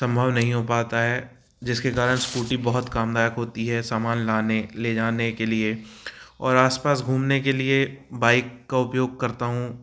संभव नहीं हो पता है जिसके कारण स्कूटी बहुत कामदायक होती है सामान लाने ले जाने के लिए और आस पास घूमने के लिए बाइक का उपयोग करता हूँ